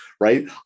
Right